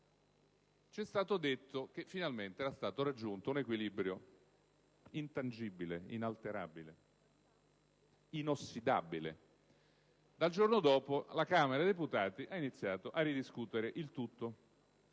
è stato detto che finalmente era stato raggiunto un equilibrio intangibile, inalterabile, inossidabile. Dal giorno dopo la Camera dei deputati ha iniziato a ridiscutere il tutto,